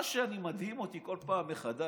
מה שמדהים אותי בכל פעם מחדש,